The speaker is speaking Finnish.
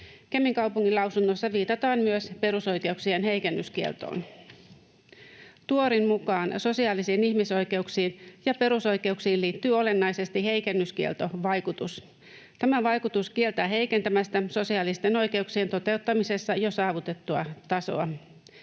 Kemin kaupungin lausunnossa viitataan myös perusoikeuksien heikennyskieltoon. Tuorin mukaan sosiaalisiin ihmisoikeuksiin ja perusoikeuksiin liittyy olennaisesti heikennyskieltovaikutus. Tämä vaikutus kieltää heikentämästä sosiaalisten oikeuksien toteuttamisessa jo saavutettua tasoa.